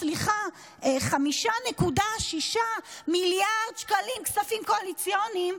5.6 מיליארד שקלים כספים קואליציוניים,